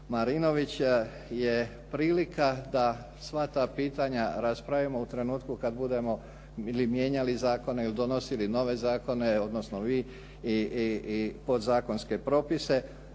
Marinović je prilika da sva ta pitanja raspravimo u trenutku kada budemo mijenjali zakone, donosili nove zakone odnosno vi i podzakonske propise.